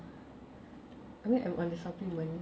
I mean I'm on a supplement